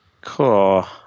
cool